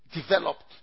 developed